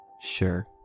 Sure